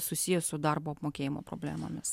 susiję su darbo apmokėjimo problemomis